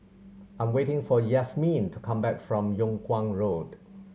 I'm waiting for Yasmeen to come back from Yung Kuang Road